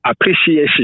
appreciation